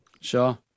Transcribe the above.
sure